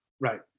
Right